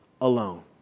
alone